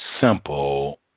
simple